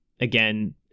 again